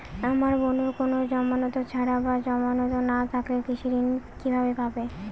আমার বোনের কোন জামানত ছাড়া বা জামানত না থাকলে কৃষি ঋণ কিভাবে পাবে?